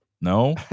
no